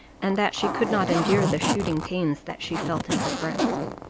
and that she could not endure the shooting pains that she felt in her breast.